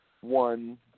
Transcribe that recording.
one